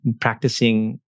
practicing